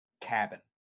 cabin